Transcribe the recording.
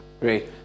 Great